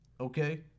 okay